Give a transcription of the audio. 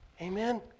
Amen